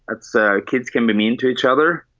it's ah kids can be mean to each other.